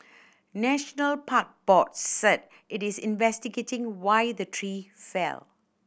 National Parks Board said it is investigating why the tree fell